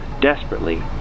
Desperately